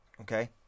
Okay